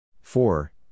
four